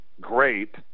great